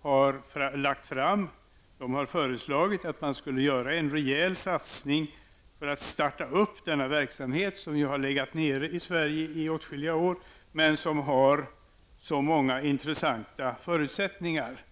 har lagt fram. Den har föreslagit att man skall göra en rejäl satsning för att starta denna verksamhet som i Sverige har legat nere under åtskilliga år men som har så många intressanta förutsättningar.